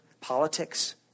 politics